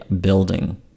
building